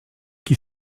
qui